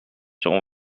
seront